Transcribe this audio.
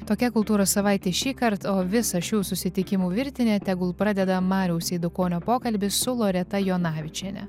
tokia kultūros savaitė šįkart o visą šių susitikimų virtinę tegul pradeda mariaus eidukonio pokalbis su loreta jonavičiene